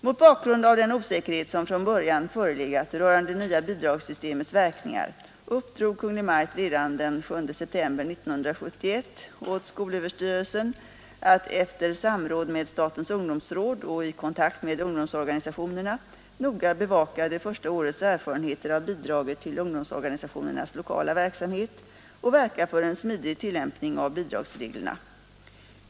Mot bakgrund av den osäkerhet som från början förelegat rörande det nya bidragssystemets verkningar uppdrog Kungl. Maj:t redan den 7 september 1971 åt skolöverstyrelsen att efter samråd med statens ungdomsråd och i kontakt med ungdomsorganisationerna noga bevaka det första årets erfarenheter av bidraget till ungdomsorganisationernas lokala verksamhet och verka för en smidig tillämpning av bidragsreglerna.